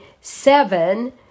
seven